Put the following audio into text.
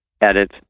edit